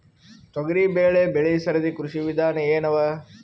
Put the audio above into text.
ತೊಗರಿಬೇಳೆ ಬೆಳಿ ಸರದಿ ಕೃಷಿ ವಿಧಾನ ಎನವ?